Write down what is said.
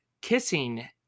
kissing